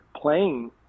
playing